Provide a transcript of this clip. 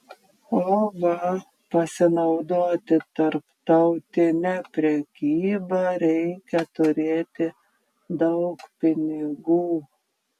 o va pasinaudoti tarptautine prekyba reikia turėti daug pinigų